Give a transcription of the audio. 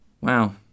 Wow